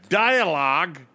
dialogue